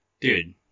dude